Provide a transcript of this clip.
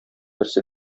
берсе